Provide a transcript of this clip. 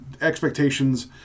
expectations